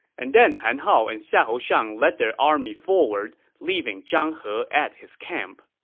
and then han hao and xiahou shang led their army forward, leaving zhang he at his camp